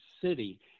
city